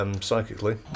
psychically